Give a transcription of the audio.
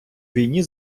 війні